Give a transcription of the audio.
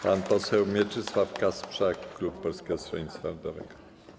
Pan poseł Mieczysław Kasprzak, klub Polskiego Stronnictwa Ludowego.